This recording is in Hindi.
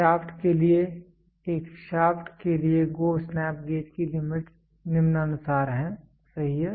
शाफ्ट के लिए एक शाफ्ट के लिए GO स्नैप गेज की लिमिटस् निम्नानुसार है सही है